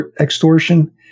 extortion